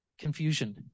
confusion